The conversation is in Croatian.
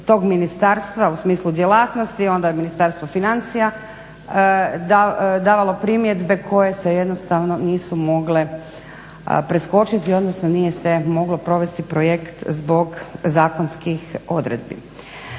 toga ministarstva, u smislu djelatnosti. Onda je Ministarstvo financija davalo primjedbe koje se jednostavno nisu mogle preskočiti, odnosno nije se moglo provesti projekt zbog zakonskih odredbi.